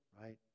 right